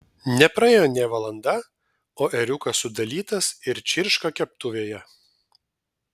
nepraėjo nė valanda o ėriukas sudalytas ir čirška keptuvėje